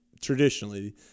traditionally